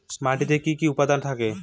মাটিতে কি কি উপাদান থাকে?